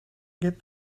get